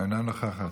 אינה נוכחת.